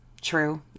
true